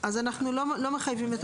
למה שהוא לא יודיע,